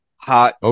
Hot